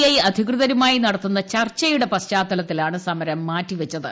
I അധികൃതരുമായി നടത്തുന്ന ചർച്ചയുടെ പശ്ചാത്തലത്തിലാണ് സമരം മാറ്റി വെച്ചത്